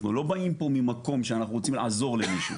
אנחנו לא באים לעזור למישהו,